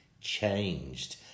changed